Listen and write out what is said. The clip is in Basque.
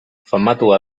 famatua